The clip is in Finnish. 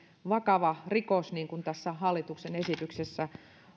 vakava rikos niin kuin tässä hallituksen esityksessä